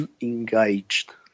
engaged